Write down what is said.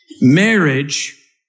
marriage